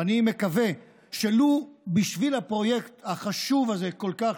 ואני מקווה שלו בשביל הפרויקט החשוב הזה כל כך,